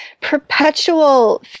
perpetual